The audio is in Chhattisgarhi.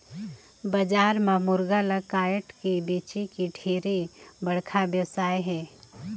बजार म मुरगा ल कायट के बेंचे के ढेरे बड़खा बेवसाय हे